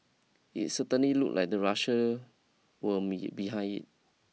it certainly looked like the Russia were be behind it